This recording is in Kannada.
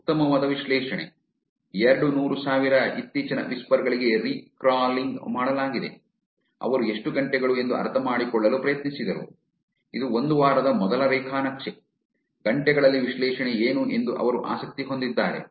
ಉತ್ತಮವಾದ ವಿಶ್ಲೇಷಣೆ ಎರಡು ನೂರು ಸಾವಿರ ಇತ್ತೀಚಿನ ವಿಸ್ಪರ್ ಗಳಿಗೆ ರೀಕ್ರಾಲಿಂಗ್ ಮಾಡಲಾಗಿದೆ ಅವರು ಎಷ್ಟು ಗಂಟೆಗಳು ಎಂದು ಅರ್ಥಮಾಡಿಕೊಳ್ಳಲು ಪ್ರಯತ್ನಿಸಿದರು ಇದು ಒಂದು ವಾರದ ಮೊದಲ ರೇಖಾ ನಕ್ಷೆ ಗಂಟೆಗಳಲ್ಲಿ ವಿಶ್ಲೇಷಣೆ ಏನು ಎಂದು ಅವರು ಆಸಕ್ತಿ ಹೊಂದಿದ್ದಾರೆ